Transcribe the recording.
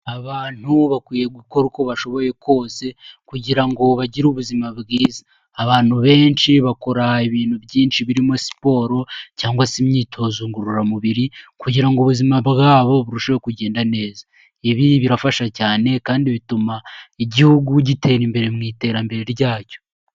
Abantu bakwiye gukora uko bashoboye kose kugira ngo bagire ubuzima bwiza. Abantu benshi bakora ibintu byinshi birimo siporo cyangwa se imyitozo ngororamubiri kugira ngo ubuzima bwabo burusheho kugenda neza. Ibi birafasha cyane kandi bituma igihugu gitera imbere mu iterambere ryacyo.